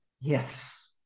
Yes